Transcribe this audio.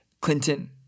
Clinton